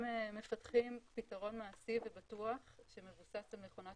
הם מפתחים פתרון מעשי ובטוח שמבוסס על מכונת